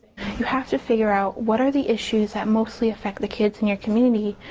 you have to figure out what are the issues that mostly affect the kids in your community,